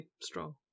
strong